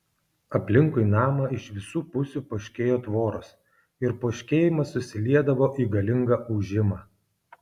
aplinkui namą iš visų pusių poškėjo tvoros ir poškėjimas susiliedavo į galingą ūžimą